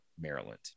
Maryland